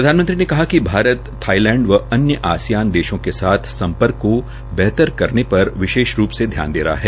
प्रधानमंत्री ने कहा कि भारत भारत थाईलैंड व अन्य आसियान देशों के साथ सम्पर्क को बेहतर करने पर विशेष रूप से ध्यान दे रहा है